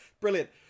brilliant